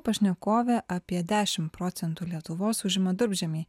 pašnekovė apie dešim procentų lietuvos užima durpžemiai